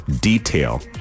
detail